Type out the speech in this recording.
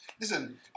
listen